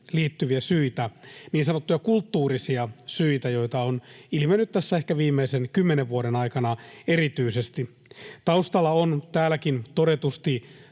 liittyviä syitä, niin sanottuja kulttuurisia syitä, joita on ilmennyt tässä ehkä viimeisen kymmenen vuoden aikana erityisesti. Taustalla on täälläkin todetusti